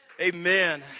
Amen